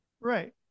Right